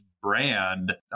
brand